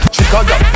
Chicago